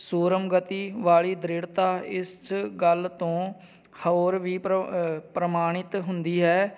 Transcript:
serum ਗਤੀ ਵਾਲੀ ਦ੍ਰਿੜਤਾ ਇਸ ਗੱਲ ਤੋਂ ਹੋਰ ਵੀ ਪ੍ਰ ਪ੍ਰਮਾਣਿਤ ਹੁੰਦੀ ਹੈ